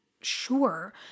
sure